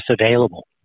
available